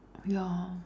ya